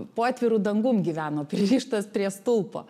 po atviru dangum gyveno pririštas prie stulpo